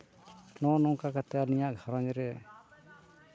ᱱᱚᱜᱼᱚ ᱱᱚᱝᱠᱟ ᱠᱟᱛᱮᱫ ᱟᱹᱞᱤᱧᱟᱜ ᱜᱷᱟᱨᱚᱸᱡᱽ ᱨᱮ